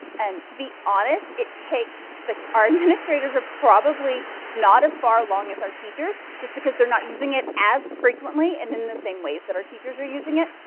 um to be honest, it takes our administrators are probably not as far along as our teachers just because they're not using it as frequently and in the same ways that our teachers are using it.